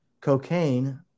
cocaine